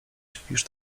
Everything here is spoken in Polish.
śpisz